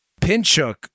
Pinchuk